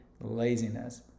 laziness